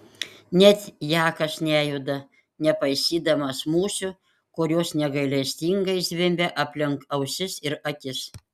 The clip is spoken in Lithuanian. net jakas nejuda nepaisydamas musių kurios negailestingai zvimbia aplink ausis ir akis